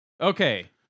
Okay